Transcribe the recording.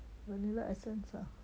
vanilla essence ah